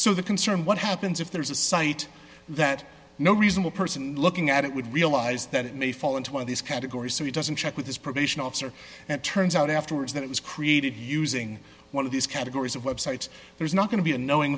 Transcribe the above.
so the concern what happens if there is a site that no reasonable person looking at it would realize that it may fall into one of these categories so he doesn't check with his probation officer and it turns out afterwards that it was created using one of these categories of websites there's not going to be a knowing